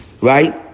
right